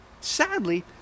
Sadly